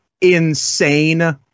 insane